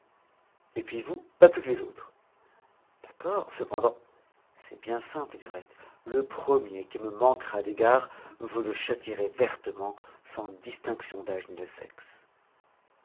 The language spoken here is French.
et puis vous pas plus que les autres d'accord cependant c'est bien simple du reste le premier qui me manquera d'égards je le châtierai vertement sans distinction d'âge ni de sexe